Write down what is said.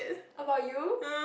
about you